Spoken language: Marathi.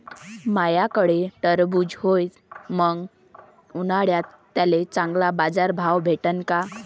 माह्याकडं टरबूज हाये त मंग उन्हाळ्यात त्याले चांगला बाजार भाव भेटन का?